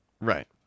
Right